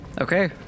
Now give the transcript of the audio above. Okay